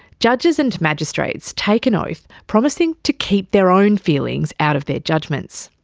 judges and magistrates take an oath promising to keep their own feelings out of their judgements.